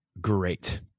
great